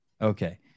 Okay